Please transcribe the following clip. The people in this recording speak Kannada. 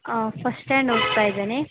ಆಂ ಫಸ್ಟ್ ಸ್ಟ್ಯಾಂಡ್ ಓದ್ತಾ ಇದ್ದಾನೆ